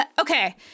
Okay